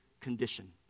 condition